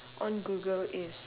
on google is